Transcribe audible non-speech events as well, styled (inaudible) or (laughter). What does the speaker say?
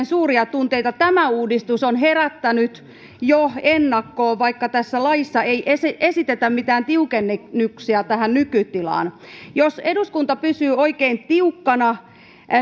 (unintelligible) suuria tunteita tämä uudistus on herättänyt jo ennakkoon vaikka tässä laissa ei esitetä mitään tiukennuksia tähän nykytilaan jos eduskunta pysyy oikein tiukkana